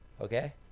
Okay